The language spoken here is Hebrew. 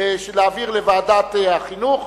להעביר לוועדת החינוך,